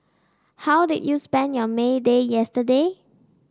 how did you spend your May Day yesterday